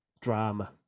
drama